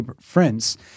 friends